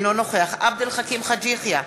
אינו נוכח עבד אל חכים חאג' יחיא,